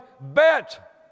bet